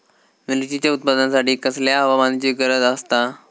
मिरचीच्या उत्पादनासाठी कसल्या हवामानाची गरज आसता?